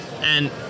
And-